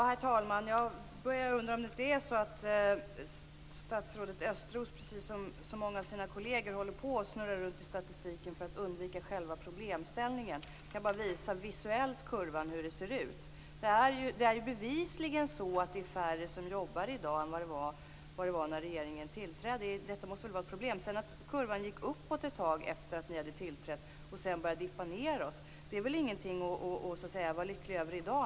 Herr talman! Jag börjar undra om det inte är så att statsrådet Östros precis som många av hans kolleger snurrar runt i statistiken för att undvika själva problemställningen. Jag visar här en bild på hur kurvan ser ut. Det är bevisligen så att färre jobbar i dag än när regeringen tillträdde. Detta måste vara ett problem. Att kurvan gick upp ett tag efter det att ni hade tillträtt och sedan började tippa nedåt är väl ingenting att vara lycklig över i dag.